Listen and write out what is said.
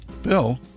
Bill